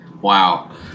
Wow